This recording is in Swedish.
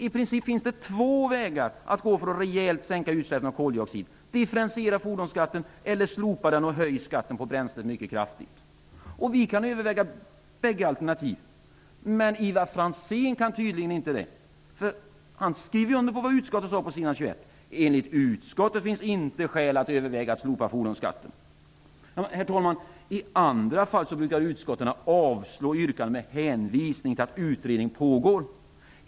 I princip finns det två vägar att gå för att rejält sänka utsläppen av koldioxid: att differentiera fordonsskatten eller att slopa den och höja skatten på bränslet mycket kraftigt. Vi kan överväga båda alternativen. Men Ivar Franzén kan tydligen inte det. Han skriver under på vad utskottet säger på s. 21: ''Enligt utskottets mening finns det inte skäl att överväga att slopa fordonsskatten.'' I andra fall brukar utskotten avstyrka yrkanden med hänvisning till pågående utredning.